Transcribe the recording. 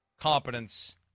competence